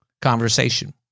conversation